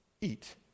Eat